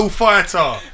fighter